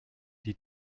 die